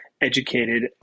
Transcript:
educated